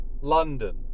London